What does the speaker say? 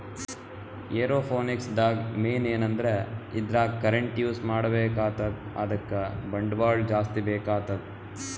aeroponics ದಾಗ್ main ಏನಂದ್ರ ಇದ್ರಾಗ್ ಕರೆಂಟ್ ಯೂಸ್ ಮಾಡ್ಬೇಕ್ ಆತದ್ ಅದಕ್ಕ್ ಬಂಡವಾಳ್ ಜಾಸ್ತಿ ಬೇಕಾತದ್